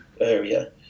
area